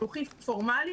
חינוכי פורמלי